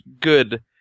good